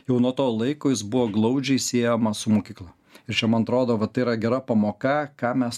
jau nuo to laiko jis buvo glaudžiai siejamas su mokykla ir čia man atrodo va tai yra gera pamoka ką mes